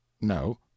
no